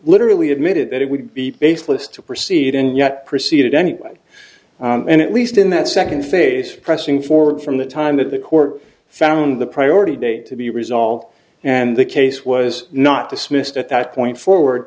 literally admitted that it would be baseless to proceed and yet proceed anyway and at least in that second phase of pressing forward from the time that the court found the priority date to be resolved and the case was not dismissed at that point forward